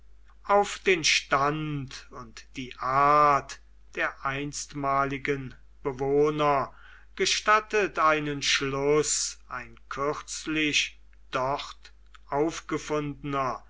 auf den stand und die art der einstmaligen bewohner gestattet einen schluß ein kürzlich dort aufgefundener